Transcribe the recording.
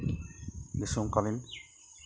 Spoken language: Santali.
ᱜᱤᱨᱥᱚ ᱠᱟᱞᱤᱱ